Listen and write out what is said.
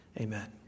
Amen